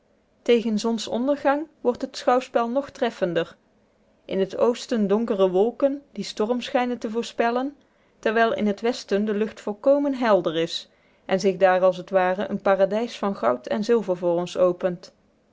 tegen zonsondergang wordt het schouwspel nog treffender in t oosten donkere wolken die storm schijnen te voorspellen terwijl in t westen de lucht volkomen helder is en zich daar als t ware een paradijs van goud en zilver voor ons opent